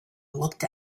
looked